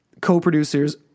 co-producers